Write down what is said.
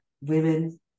women